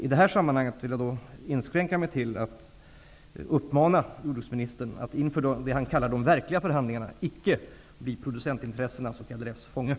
I det här sammanhanget vill jag inskränka mig till att uppmana jordbruksministern att han inför det som han kallar de verkliga förhandlingarna icke blir producentintressenas och